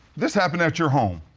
this happened at your home?